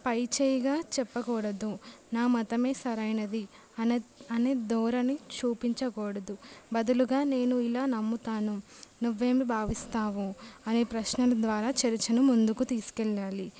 పై చేయిగా చెప్పకూడదు నా మతం సరైనది అనే అనే ధోరణి చూపించకూడదు బదులుగా నేను ఇలా నమ్ముతాను నువ్వు ఏమి భావిస్తావు అనే ప్రశ్నల ద్వారా చర్చను ముందుకు తీసుకు వెళ్ళాలి